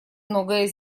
многое